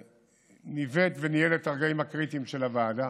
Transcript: וניווט וניהל את הרגעים הקריטיים של הוועדה.